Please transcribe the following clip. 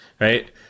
right